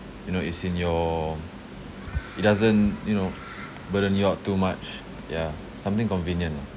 you know it's in your it doesn't you know burden you out too much yeah something convenient lah